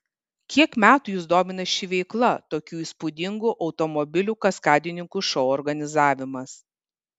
kiek metų jus domina ši veikla tokių įspūdingų automobilių kaskadininkų šou organizavimas